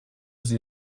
sie